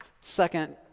Second